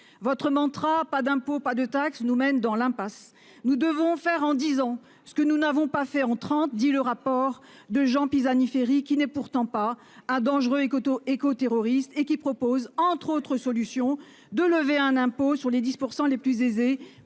votre mantra pas d'impôt, pas de taxes nous mène dans l'impasse. Nous devons faire en disant ce que nous n'avons pas fait en 30, dit le rapport de Jean Pisani-Ferry qui n'est pourtant pas un dangereux Ekotto éco-terroristes et qui propose entre autres solutions de lever un impôt sur les 10% les plus aisés